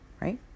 right